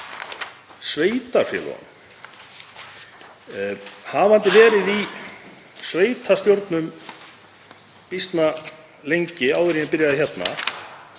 sveitarfélögunum. Hafandi verið í sveitarstjórnum býsna lengi, áður en ég byrjaði hér,